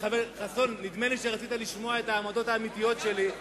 נדמה לי שרצית לשמוע את העמדות האמיתיות שלי,